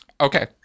Okay